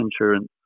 insurance